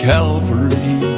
Calvary